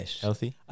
healthy